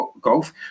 golf